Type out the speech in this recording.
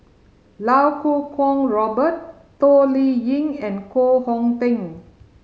Iau Kuo Kwong Robert Toh Liying and Koh Hong Teng